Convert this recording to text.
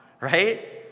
right